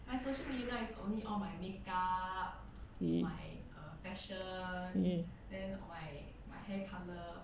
ya ya